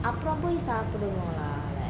அப்புறம் பொய் சாப்பிடுவோம்:apram poi sapduvom lah